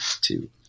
two